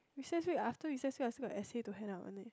recess week after recess week I still got essay to hand up one leh